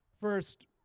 First